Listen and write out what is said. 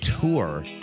tour